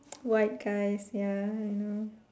white guys ya I know